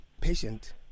patient